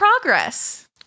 progress